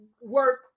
work